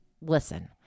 Listen